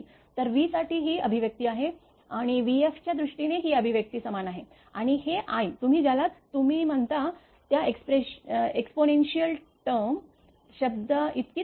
तर v साठी ही अभिव्यक्ती आहे आणि vfच्या दृष्टीने ही अभिव्यक्ती समान आहे आणि हे i तुम्ही ज्याला तुम्ही म्हणता त्या एक्सपोनेंशियल टर्म शब्दाइतकीच आहे